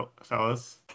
fellas